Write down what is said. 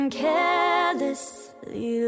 carelessly